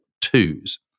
Twos